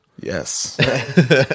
Yes